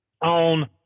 on